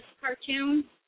cartoon